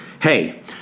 hey